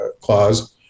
clause